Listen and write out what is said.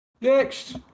Next